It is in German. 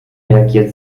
reagiert